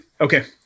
okay